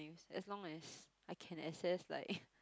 as long as I can access like